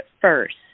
first